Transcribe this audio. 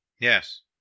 Yes